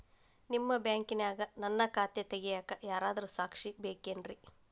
ನಿಮ್ಮ ಬ್ಯಾಂಕಿನ್ಯಾಗ ನನ್ನ ಖಾತೆ ತೆಗೆಯಾಕ್ ಯಾರಾದ್ರೂ ಸಾಕ್ಷಿ ಬೇಕೇನ್ರಿ?